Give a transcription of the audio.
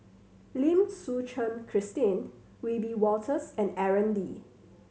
Lim Suchen Christine Wiebe Wolters and Aaron Lee